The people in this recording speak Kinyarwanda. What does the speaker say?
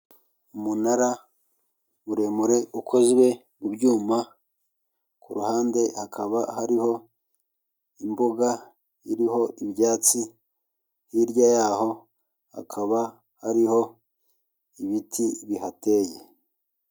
Umunara muremure ukozwe mubyuma, ku ruhande hakaba hariho imbuga iriho ibyatsi, hirya yaho hakaba hariho ibiti bihateye.